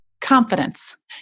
confidence